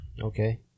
Okay